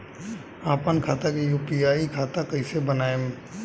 आपन खाता के यू.पी.आई खाता कईसे बनाएम?